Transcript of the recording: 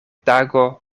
tago